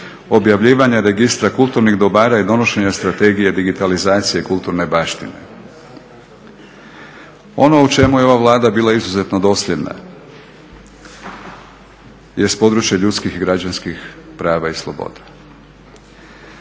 objavljivanja registra kulturnih dobara i donošenja Strategije digitalizacije kulturne baštine. Ono u čemu je ova Vlada bila izuzetno dosljedna jest područje ljudskih i građanskih prava i sloboda.